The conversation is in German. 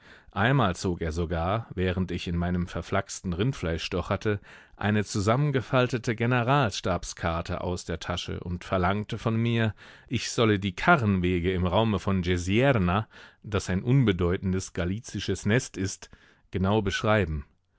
einmal zog er sogar während ich in meinem verflachsten rindfleisch stocherte eine zusammengefaltete generalstabskarte aus der tasche und verlangte von mir ich solle die karrenwege im raume von jezierna das ein unbedeutendes galizisches nest ist genau beschreiben